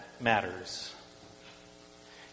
matters